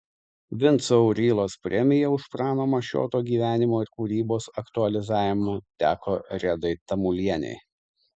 vinco aurylos premija už prano mašioto gyvenimo ir kūrybos aktualizavimą teko redai tamulienei